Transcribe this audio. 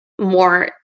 more